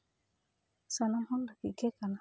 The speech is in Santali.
ᱥᱟᱱᱟᱢ ᱦᱚᱲ ᱞᱟᱹᱜᱤᱫ ᱜᱮ ᱠᱟᱱᱟ